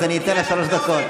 אני אתן לה שלוש דקות.